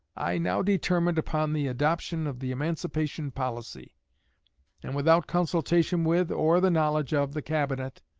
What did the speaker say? i now determined upon the adoption of the emancipation policy and, without consultation with, or the knowledge of, the cabinet,